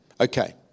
Okay